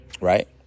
right